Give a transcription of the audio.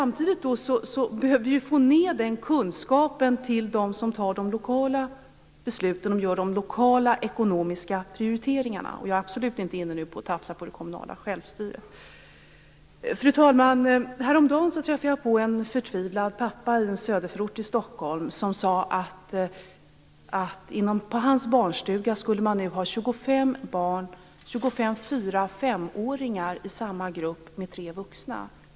Vi behöver få ned den här kunskapen till dem som fattar de lokala besluten och gör de lokala ekonomiska prioriteringarna - men detta innebär absolut inte att jag är inne och tafsar på det kommunala självstyret. Fru talman! Häromdagen träffade jag på en förtvivlad pappa i en söderförort till Stockholm. Han sade att på hans barnstuga skulle det nu bli 25 st 4-5 åringar i samma grupp, med tre vuxna.